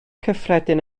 cyffredin